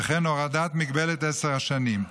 וכן הורדת מגבלת עשר השנים.